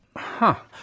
huh.